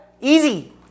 easy